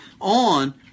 on